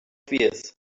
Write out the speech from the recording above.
fears